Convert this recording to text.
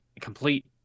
complete